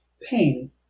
pain